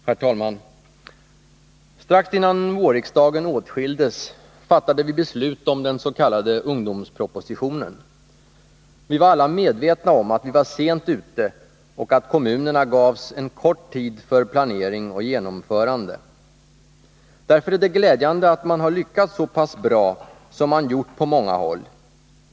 Herr talman! Strax innan vårriksdagen åtskildes fattade vi beslut om den s.k. ungdomspropositionen. Vi var alla medvetna om att vi var sent ute och att kommunerna gavs en kort tid för planering och genomförande. Därför är det glädjande att man har lyckats så pass bra som man gjort på många håll.